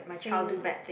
saying